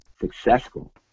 successful